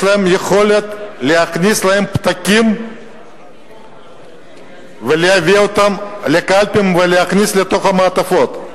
יש להן יכולת להכניס להם פתקים ולהביא אותם לקלפי ולהכניס לתוך המעטפות.